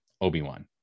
obi-wan